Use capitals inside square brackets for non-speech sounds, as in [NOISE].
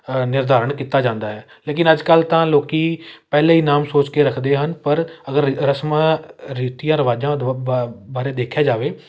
ਨਿਰਧਾਰਣ ਕੀਤਾ ਜਾਂਦਾ ਹੈ ਲੇਕਿਨ ਅੱਜ ਕੱਲ੍ਹ ਤਾਂ ਲੋਕ ਪਹਿਲਾਂ ਹੀ ਨਾਮ ਸੋਚ ਕੇ ਰੱਖਦੇ ਹਨ ਪਰ ਅਗਰ ਰਸਮਾਂ ਰੀਤੀਆਂ ਰਿਵਾਜ਼ਾਂ [UNINTELLIGIBLE] ਬਾਰੇ ਦੇਖਿਆ ਜਾਵੇ